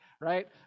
right